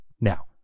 Now